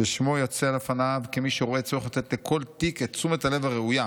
ששמו יצא לפניו כמי שרואה צורך לתת לכל תיק את תשומת הלב הראויה,